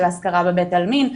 של האזכרה בבית העלמין,